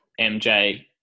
MJ